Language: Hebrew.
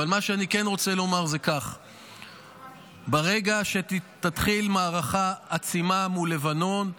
אבל מה שאני כן רוצה לומר זה שברגע שתתחיל מערכה עצימה מול לבנון,